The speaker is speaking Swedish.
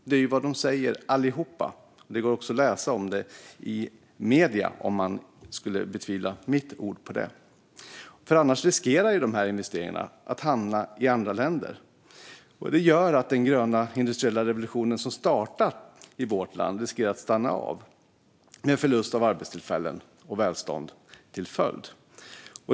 Det är vad de säger, allihop. Det går också att läsa om i medierna om man skulle betvivla mitt ord på det. Annars finns det risk att de här investeringarna hamnar i andra länder, och det skapar risken att den gröna industriella revolution som startat i vårt land stannar av med förlust av arbetstillfällen och välstånd som följd.